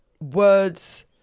words